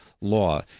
law